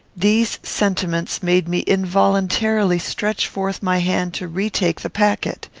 these sentiments made me involuntarily stretch forth my hand to retake the packet.